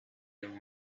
young